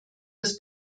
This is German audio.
des